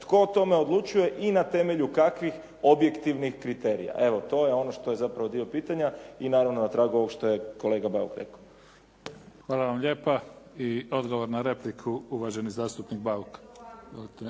o tome odlučuje i na temelju kakvih objektivnih kriterija. Evo, to je ono što je zapravo dio pitanja i, naravno na tragu ovoga što je kolega Bauk rekao. **Mimica, Neven (SDP)** Hvala vam lijepa. I odgovor na repliku, uvaženi zastupnik Bauk.